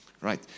Right